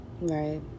right